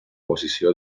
posició